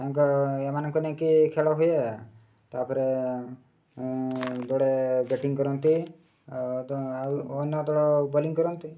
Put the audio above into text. ତାଙ୍କ ଏମାନଙ୍କ ନେଇକି ଖେଳ ହୁଏ ତା'ପରେ ଦଡ଼େ ବ୍ୟାଟିଂ କରନ୍ତି ଆଉ ଆଉ ଅନ୍ୟ ଦଳ ବୋଲିଂ କରନ୍ତି